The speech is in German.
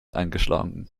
eingeschlagen